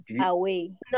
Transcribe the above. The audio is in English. away